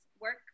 work